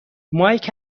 مایک